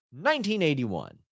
1981